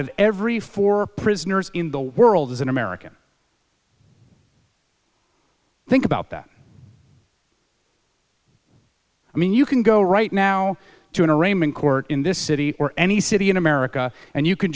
of every four prisoners in the world is an american think about that i mean you can go right now to an arraignment court in this city or any city in america and you can